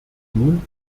nun